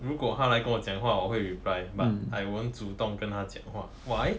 如果他来跟我讲话我会 reply but I won't 主动跟他讲话 why